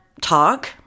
talk